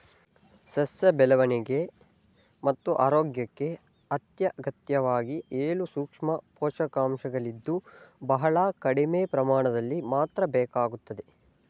ಸಸ್ಯ ಬೆಳವಣಿಗೆ ಮತ್ತು ಆರೋಗ್ಯಕ್ಕೆ ಅತ್ಯಗತ್ಯವಾಗಿ ಏಳು ಸೂಕ್ಷ್ಮ ಪೋಷಕಾಂಶಗಳಿದ್ದು ಬಹಳ ಕಡಿಮೆ ಪ್ರಮಾಣದಲ್ಲಿ ಮಾತ್ರ ಬೇಕಾಗ್ತದೆ